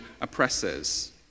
oppressors